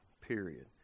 period